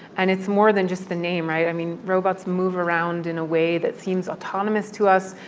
and it's more than just the name, right? i mean, robots move around in a way that seems autonomous to us.